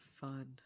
fun